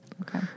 Okay